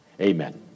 amen